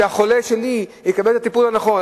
כדי שהחולה שלי יקבל את הטיפול הנכון.